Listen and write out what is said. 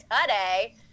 today